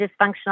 dysfunctional